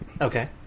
Okay